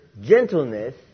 gentleness